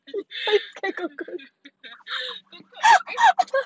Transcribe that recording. cockroach eh